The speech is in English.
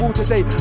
today